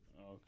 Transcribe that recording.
Okay